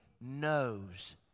knows